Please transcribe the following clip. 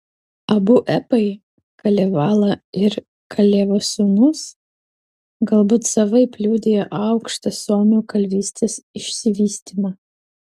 abu epai kalevala ir kalevo sūnus galbūt savaip liudija aukštą suomių kalvystės išsivystymą